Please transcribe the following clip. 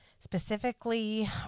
Specifically